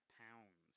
pounds